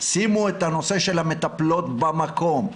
שימו את הנושא של המטפלות במקום.